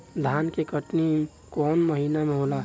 धान के कटनी कौन महीना में होला?